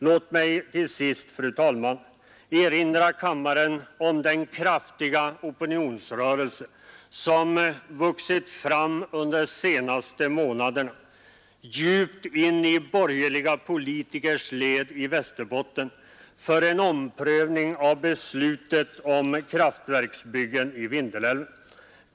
Låt mig också till sist, fru talman, erinra kammaren om den kraftiga opinionsrörelse som vuxit fram under senaste månaderna — djupt in i borgerliga politikers led i Västerbotten — för en omprövning av beslutet om nej till kraftverksbyggen i Vindelälven.